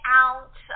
out